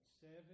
Seven